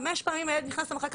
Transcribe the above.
חמש פעמים הילד נכנס למחלקה,